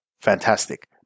fantastic